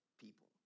people